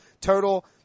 total